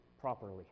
properly